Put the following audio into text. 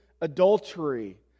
adultery